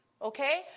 Okay